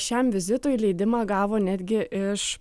šiam vizitui leidimą gavo netgi iš